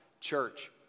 church